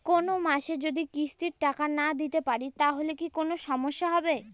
কোনমাসে যদি কিস্তির টাকা না দিতে পারি তাহলে কি কোন সমস্যা হবে?